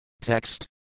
Text